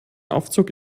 aufzug